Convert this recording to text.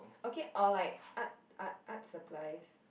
okay or like art art art supplies